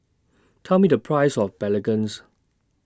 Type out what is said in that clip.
Tell Me The Price of Belacan